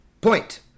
Point